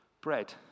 bread